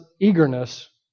eagerness